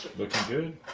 looking good.